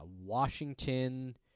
Washington